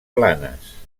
planes